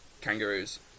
kangaroos